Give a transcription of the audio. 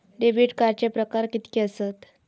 Debit कार्डचे प्रकार कीतके आसत?